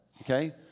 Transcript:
okay